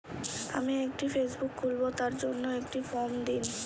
আমি একটি ফেসবুক খুলব তার জন্য একটি ফ্রম দিন?